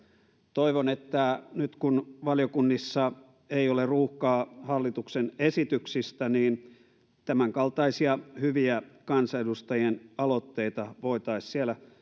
toivon että nyt kun valiokunnissa ei ole ruuhkaa hallituksen esityksistä niin tämänkaltaisia hyviä kansanedustajien aloitteita voitaisiin siellä